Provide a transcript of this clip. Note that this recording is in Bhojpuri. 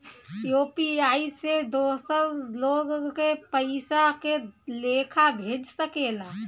यू.पी.आई से दोसर लोग के पइसा के लेखा भेज सकेला?